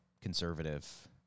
conservative